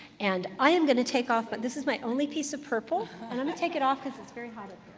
and i am going to take off, but this is my only piece of purple. and i'm going to take it off because it's very hot up